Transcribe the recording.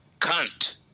cunt